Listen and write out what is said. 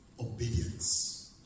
obedience